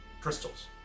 crystals